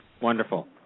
Wonderful